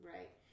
Right